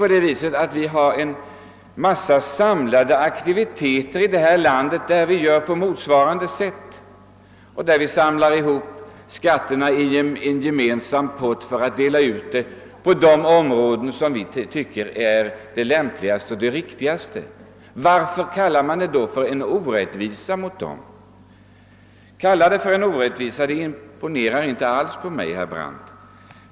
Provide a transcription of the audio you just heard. Vi har ju här i landet en stor mängd aktiviteter där vi gör på motsvarande sätt, d.v.s. vi samlar ihop skattemedlen i en gemensam pott och för över dem på områden dit vi tycker det är lämpligast och riktigast att de går. Varför kallar man det då för en orättvisa i detta fall? Men kalla det gärna en orättvisa, herr Brandt. Det imponerar inte alls på mig.